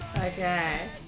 Okay